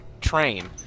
train